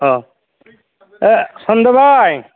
अ औ सनजय भाइ